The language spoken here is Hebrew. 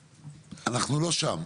אנחנו לא שם.